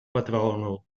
patrono